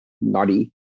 naughty